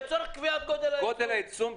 לצורך קביעת גודל העיצום.